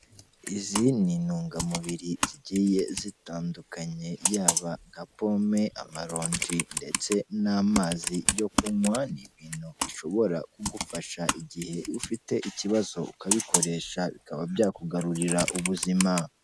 Izi ni intungamubiri zigiye zitandukanye yaba nka pome, amaronji ndetse n'amazi yo kunywa, ni ibintu bishobora kugufasha igihe ufite ikibazo ukabikoresha bikaba byakugarurira ubuzima.